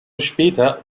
später